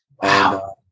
Wow